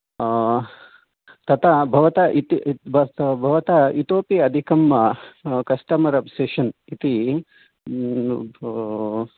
तथा भवता इत् इत् भवता इतोपि अधिकं कस्टमर् अप्सेषन् इति भो